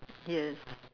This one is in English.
yes